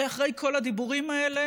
הרי אחרי כל הדיבורים האלה